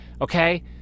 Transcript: okay